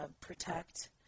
protect